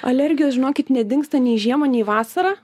alergijos žinokit nedingsta nei žiemą nei vasarą